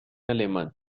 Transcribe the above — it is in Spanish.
alemán